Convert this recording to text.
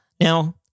Now